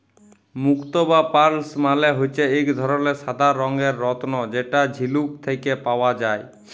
মুক্ত বা পার্লস মালে হচ্যে এক ধরলের সাদা রঙের রত্ন যেটা ঝিলুক থেক্যে পাওয়া যায়